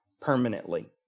permanently